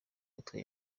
mitwe